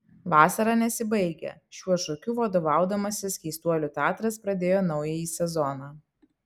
vasara nesibaigia šiuo šūkiu vadovaudamasis keistuolių teatras pradėjo naująjį sezoną